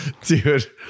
Dude